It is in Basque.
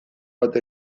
bat